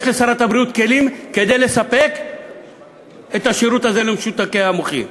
יש לשרת הבריאות כלים לספק את השירות הזה למשותקי המוחין.